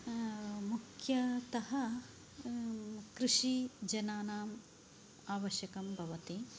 मुख्यतः कृषिजनानाम् आवश्यकं भवति